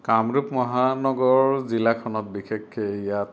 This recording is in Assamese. কামৰূপ মহানগৰ জিলাখনত বিশেষকে ইয়াত